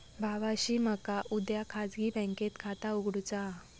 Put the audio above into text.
भावाशी मका उद्या खाजगी बँकेत खाता उघडुचा हा